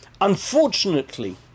unfortunately